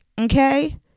okay